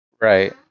right